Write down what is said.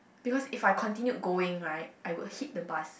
because if I continue going right I would hit the bus